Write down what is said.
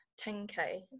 10k